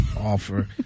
offer